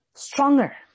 Stronger